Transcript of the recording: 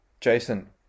Jason